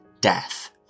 death